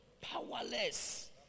Powerless